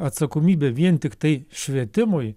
atsakomybę vien tiktai švietimui